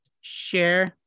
Share